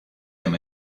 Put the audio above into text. him